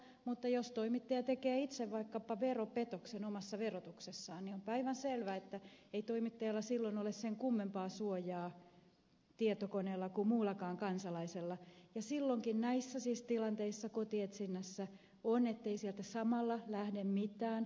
mutta jos toimittaja tekee itse vaikkapa veropetoksen omassa verotuksessaan niin on päivänselvää että ei toimittajalla silloin ole sen kummempaa suojaa tietokoneella kuin muullakaan kansalaisella ja silloinkin siis näissä tilanteissa kotietsinnässä on suoja sille ettei sieltä samalla lähde mitään